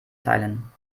teilen